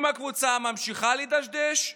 אם הקבוצה ממשיכה לדשדש,